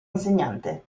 insegnante